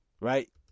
right